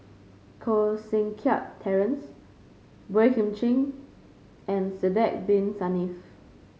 Koh Seng Kiat Terence Boey Kim Cheng and Sidek Bin Saniff